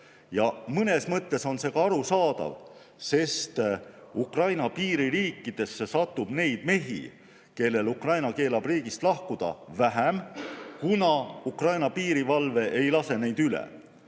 Mõnes mõttes on see ka arusaadav, sest Ukraina piiririikidesse satub neid mehi, kellel Ukraina keelab riigist lahkuda, vähem, kuna Ukraina piirivalve ei lase neid üle.